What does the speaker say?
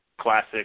classic